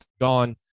gone